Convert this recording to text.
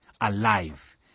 alive